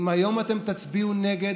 אם אתם תצביעו היום נגד,